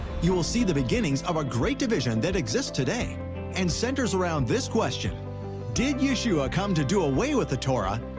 you will see the beginnings of a great division that exists today and centers around this question did yeshua come to do away with the torah,